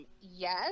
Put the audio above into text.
yes